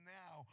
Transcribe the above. now